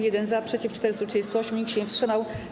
1 - za, przeciw - 438, nikt się nie wstrzymał.